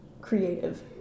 creative